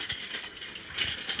चंदू अपनार खेतेर छटायी कर छ